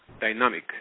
dynamic